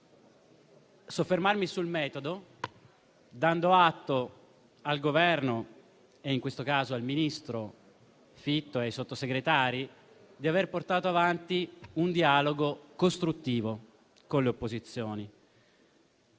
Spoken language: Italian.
soffermarmi sul metodo, dando atto al Governo e, in questo caso, al ministro Fitto e ai Sottosegretari, di aver portato avanti un dialogo costruttivo con le opposizioni.